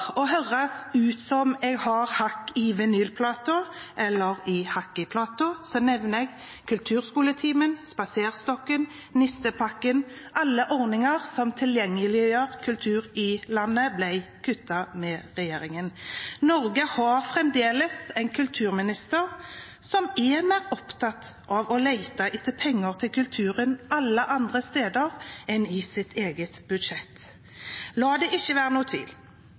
høres ut som om vi har hakk i vinylplaten, «hakk i plata», nevner jeg Kulturskoletimen, Den kulturelle spaserstokken og Den kulturelle nistepakken – alle ordninger som tilgjengeliggjør kultur i landet, og som ble kuttet av regjeringen. Norge har fremdeles en kulturminister som er mer opptatt av å lete etter penger til kulturen alle andre steder enn i sitt eget budsjett. La det ikke være noen tvil: